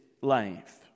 life